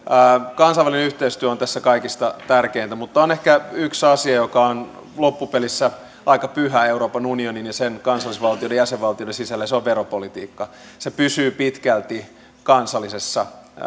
kansainvälinen yhteistyö on tässä kaikista tärkeintä mutta on ehkä yksi asia joka on loppupelissä aika pyhä euroopan unionin ja sen kansallisvaltioiden jäsenvaltioiden sisällä ja se on veropolitiikka se pysyy pitkälti kansallisessa